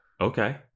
okay